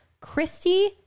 Christy